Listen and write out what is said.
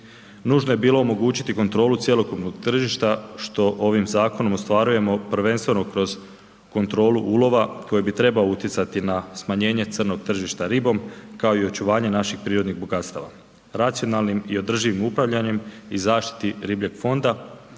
Nužno je bilo omogućiti kontrolu cjelokupnog tržišta što ovim zakonom ostvarujemo prvenstveno kroz kontrolu ulova koji bi trebao utjecati na smanjenje crnog tržišta ribom, kao i očuvanje naših prirodnih bogatstava. Racionalnim i održivim upravljanjem i zaštiti ribljeg fonda,